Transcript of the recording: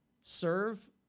serve